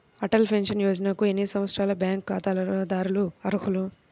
Atal pension యోజనకు ఎన్ని సంవత్సరాల బ్యాంక్ ఖాతాదారులు అర్హులు?